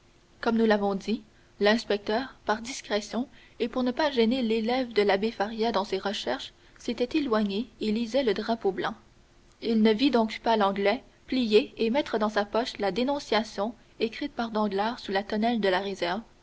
comme nous l'avons dit l'inspecteur par discrétion et pour ne pas gêner l'élève de l'abbé faria dans ses recherches s'était éloigné et lisait le drapeau blanc il ne vit donc pas l'anglais plier et mettre dans sa poche la dénonciation écrite par danglars sous la tonnelle de la réserve